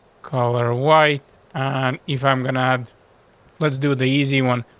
call her white on if i'm gonna have let's do the easy one.